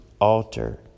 altar